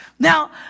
Now